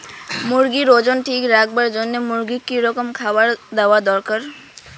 মুরগির ওজন ঠিক রাখবার জইন্যে মূর্গিক কি রকম খাবার দেওয়া দরকার?